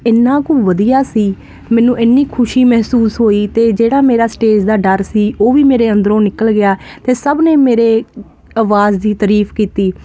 ਇਨਾ ਕੁ ਵਧੀਆ ਸੀ ਮੈਨੂੰ ਇੰਨੀ ਖੁਸ਼ੀ ਮਹਿਸੂਸ ਹੋਈ ਤੇ ਜਿਹੜਾ ਮੇਰਾ ਸਟੇਜ ਦਾ ਡਰ ਸੀ ਉਹ ਵੀ ਮੇਰੇ ਅੰਦਰੋਂ ਨਿਕਲ ਗਿਆ ਤੇ ਸਭ ਨੇ ਮੇਰੇ ਆਵਾਜ਼ ਦੀ ਤਾਰੀਫ ਕੀਤੀ